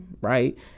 Right